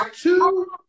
two